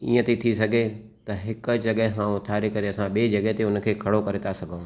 इएं थी थी सघे त हिक जॻहि खां उथारे करे असां ॿे जॻहि ते हुते हुन खे खड़ो करे था सघूं